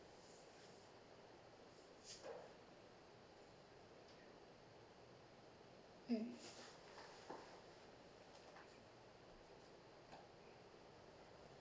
mm